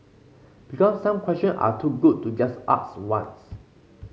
because some questions are too good to just ask once